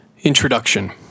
Introduction